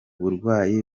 burwayi